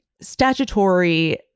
statutory